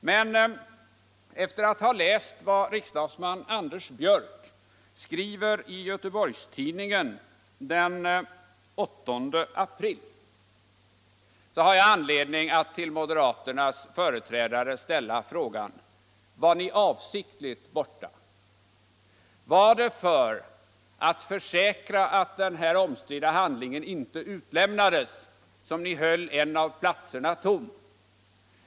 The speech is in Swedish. Men efter att ha läst vad riksdagsman Anders Björck skrev i Göteborgs-Tidningen den 8 april har jag anledning att till moderaternas företrädare ställa frågan: Var ni avsiktligt borta? Var det för att försäkra er om att den omstridda handlingen inte utlämnades som ni höll en av platserna tom?